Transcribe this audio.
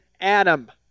Adam